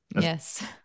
Yes